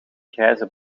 grijze